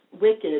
wicked